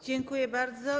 Dziękuję bardzo.